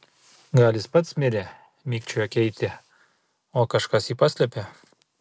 gal jis pats mirė mikčiojo keitė o kažkas jį paslėpė